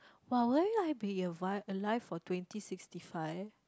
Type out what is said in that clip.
!wow! will I be alive alive for twenty sixty five